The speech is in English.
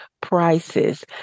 prices